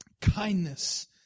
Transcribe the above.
kindness